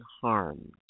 harmed